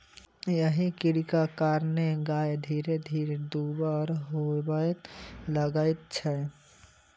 एहि कीड़ाक कारणेँ गाय धीरे धीरे दुब्बर होबय लगैत छै